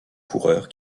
coureurs